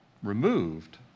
removed